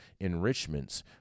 enrichments